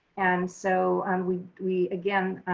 and so we we again,